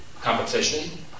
competition